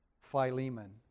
Philemon